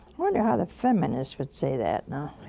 wonder how the feminists would say that now.